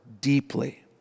deeply